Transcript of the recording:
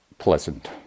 Pleasant